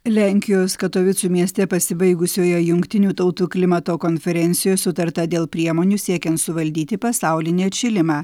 lenkijos katovicų mieste pasibaigusioje jungtinių tautų klimato konferencijoj sutarta dėl priemonių siekiant suvaldyti pasaulinį atšilimą